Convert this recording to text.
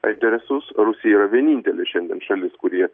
interesus rusija yra vienintelė šiandien šalis kuri